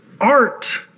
art